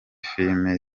filime